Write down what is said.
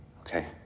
Okay